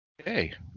Okay